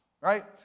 Right